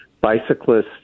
bicyclists